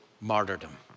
martyrdom